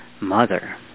mother